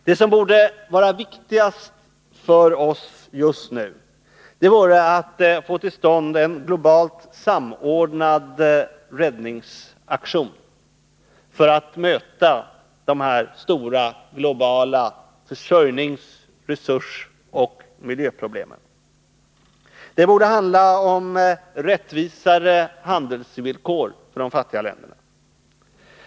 Det viktigaste för oss just nu borde vara att få till stånd en globalt samordnad räddningsaktion för att möta dessa globala försörjnings-, resursoch miljöproblem. Det borde handla om rättvisare handelsvillkor för de fattiga länderna.